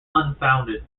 unfounded